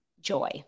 joy